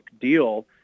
deal